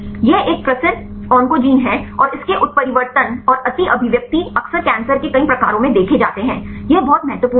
यह एक प्रसिद्ध ऑन्कोजीन है और इसके उत्परिवर्तन और अति अभिव्यक्ति अक्सर कैंसर के कई प्रकारों में देखे जाते हैं यह बहुत महत्वपूर्ण है